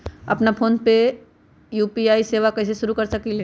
अपना फ़ोन मे यू.पी.आई सेवा कईसे शुरू कर सकीले?